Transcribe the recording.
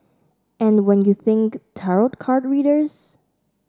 and when you think tarot card readers